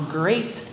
great